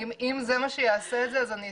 אם זה מה שיעשה את זה, אני אשמח.